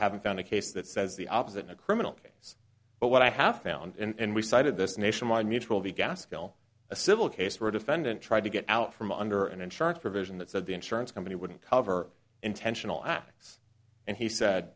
haven't found a case that says the opposite in a criminal case but what i have found and we cited this nationwide mutual the gaskill a civil case where a defendant tried to get out from under an insurance provision that said the insurance company wouldn't cover intentional acts and he said